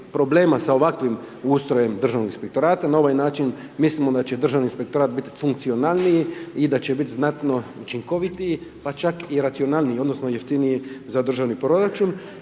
problema s ovakvim ustrojem državnog inspektorata. Na ovaj način, mislim da će državni inspektorat biti funkcionalniji i da će biti znatno učinkovitiji, pa čak i racionalniji, odnosno, jeftiniji za državni proračun.